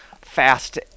fast